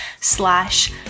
slash